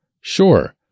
sure